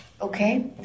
Okay